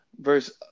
Verse